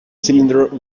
cylinder